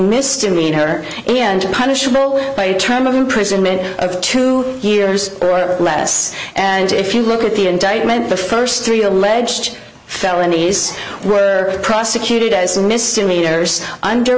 misdemeanor and punishable by a term of imprisonment of two years or less and if you look at the indictment the st three alleged felonies were prosecuted as misdemeanors under